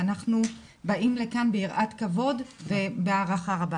ואנחנו באים לכאן ביראת כבוד ובהערכה רבה.